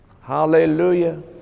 Hallelujah